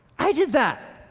i did that.